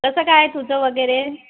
कसं काय आहे तुझं वगैरे